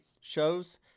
shows